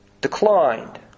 declined